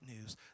news